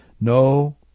no